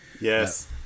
Yes